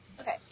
okay